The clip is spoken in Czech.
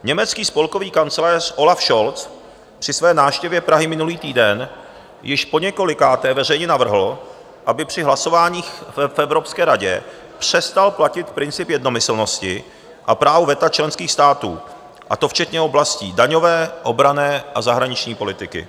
Německý spolkový kancléř Olaf Scholz při své návštěvě Prahy minulý týden již poněkolikáté veřejně navrhl, aby při hlasováních v Evropské radě přestal platit princip jednomyslnosti a právo veta členských států, a to včetně oblasti daňové, obranné a zahraniční politiky.